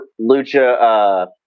lucha